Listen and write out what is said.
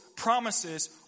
promises